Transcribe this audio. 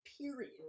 period